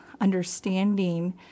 understanding